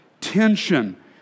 tension